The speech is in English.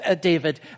David